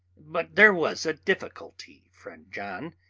but there was a difficulty, friend john.